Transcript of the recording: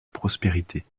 prospérité